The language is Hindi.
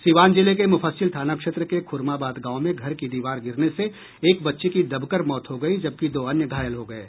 सीवान जिले के मुफस्सिल थाना क्षेत्र के खूरमाबाद गांव में घर की दीवार गिरने से एक बच्ची की दबकर मौत हो गयी जबकि दो अन्य घायल हो गये